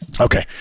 Okay